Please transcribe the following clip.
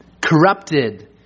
corrupted